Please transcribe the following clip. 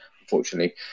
unfortunately